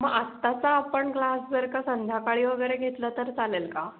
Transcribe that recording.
मग आत्ताचा आपण क्लास जर का संध्याकाळी वगैरे घेतला तर चालेल का